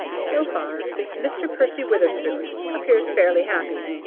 so far mr. percy witherspoon appears fairly happy.